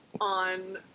on